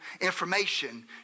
information